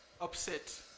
upset